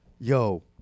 yo